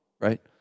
right